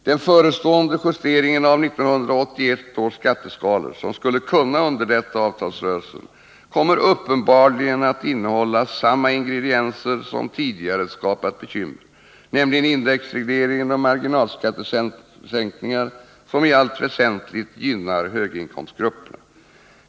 Den förestående justeringen av 1981 års skatteskalor — som skulle kunna underlätta avtalsrörelsen — kommer uppenbarligen att innehålla samma ingredienser som tidigare skapat bekymmer, nämligen indexreglering och marginalskattesänkningar, som i allt väsentligt gynnar höginkomstgrupperna.